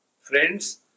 Friends